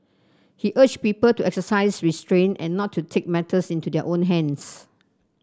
he urge people to exercise restraint and not to take matters into their own hands